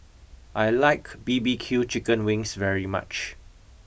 I like B B Q Chicken Wings very much